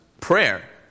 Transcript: prayer